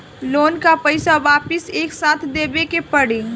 Loan का पईसा वापिस एक साथ देबेके पड़ी?